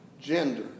gender